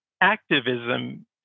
activism